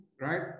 right